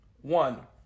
One